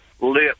lip